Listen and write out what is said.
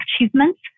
achievements